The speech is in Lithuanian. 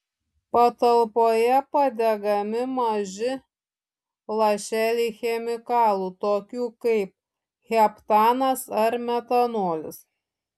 patalpoje padegami maži lašeliai chemikalų tokių kaip heptanas ar metanolis